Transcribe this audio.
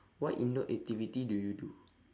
what indoor activity do you do